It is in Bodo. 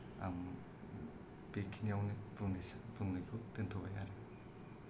आं बेखिनियावनो बुंनायखौ दोन्थ'बाय आरो